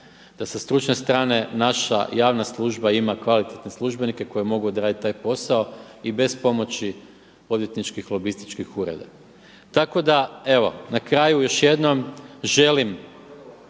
i sa stručne strane naša javna služba ima kvalitetne službenike koji mogu odraditi taj posao i bez pomoći odvjetničkih lobističkih ureda. Tako da evo na kraju još jednom želim